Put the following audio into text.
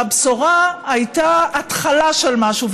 והבשורה הייתה התחלה של משהו.